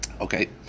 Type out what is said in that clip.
Okay